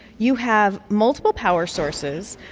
you have multiple power sources.